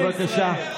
בבקשה.